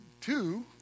two